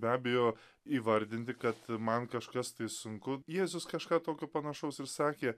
be abejo įvardinti kad man kažkas tai sunku jėzus kažką tokio panašaus ir sakė